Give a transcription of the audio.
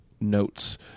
notes